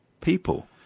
people